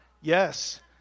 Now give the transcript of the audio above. Yes